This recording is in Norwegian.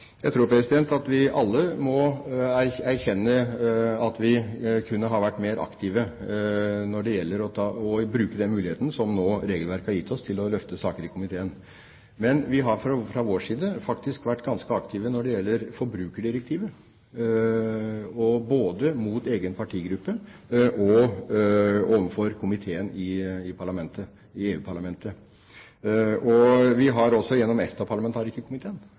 Jeg tror at vi alle må erkjenne at vi kunne ha vært mer aktive når det gjelder å bruke den muligheten som regelverket nå har gitt oss til å løfte saker inn i komiteen. Men vi har fra vår side faktisk vært ganske aktive når det gjelder forbrukerdirektivet, og både mot egen partigruppe og overfor komiteen i EU-parlamentet. Vi har også gjennom EFTA-parlamentarikerkomiteen vært aktive i forhold til fiskeripolitikken i